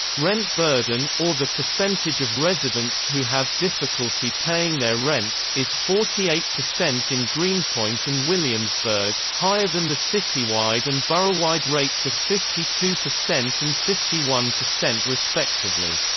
rent burden, or the percentage of residents who have difficulty paying their rent, is forty eight percent in greenpoint and williamsburg, higher than the citywide and boroughwide rates of fifty two percent and fifty one percent respectively.